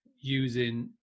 using